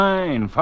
Fine